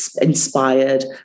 inspired